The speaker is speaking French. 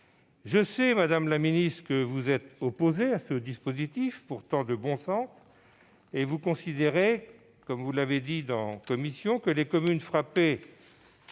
Je sais, madame la ministre, que vous êtes opposée à ce dispositif, pourtant de bon sens, et que vous considérez- vous l'avez dit en commission -que les communes frappées